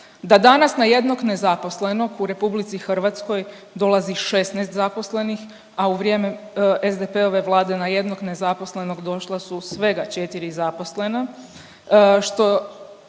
da danas na jednog nezaposlenog u RH dolazi 16 zaposlenih, a u vrijeme SDP-ove vlade na jednog nezaposlenog došla su svega 4 zaposlena,